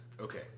Okay